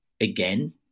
Again